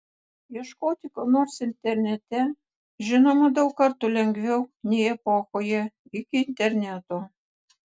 ieškoti ko nors internete žinoma daug kartų lengviau nei epochoje iki interneto